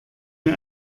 mir